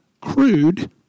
crude